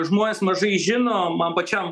žmonės mažai žino man pačiam